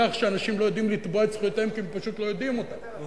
בכך שאנשים לא יודעים לתבוע את זכויותיהם כי הם פשוט לא יודעים אותן.